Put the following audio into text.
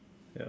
ya